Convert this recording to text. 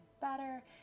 better